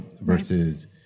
versus